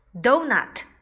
Donut